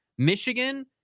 Michigan